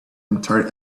entire